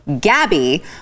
Gabby